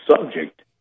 subject